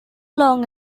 long